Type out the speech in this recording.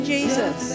Jesus